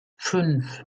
fünf